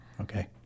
Okay